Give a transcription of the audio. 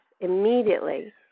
Immediately